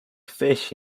fish